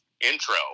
intro